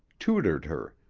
tutored her,